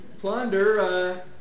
Plunder